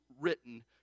written